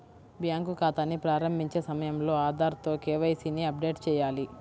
bank ఖాతాని ప్రారంభించే సమయంలో ఆధార్ తో కే.వై.సీ ని అప్డేట్ చేయాలి